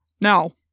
Now